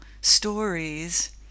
stories